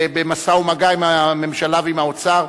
במשא ומגע עם הממשלה ועם האוצר.